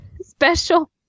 special